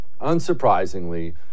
unsurprisingly